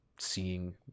seeing